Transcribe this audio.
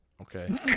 Okay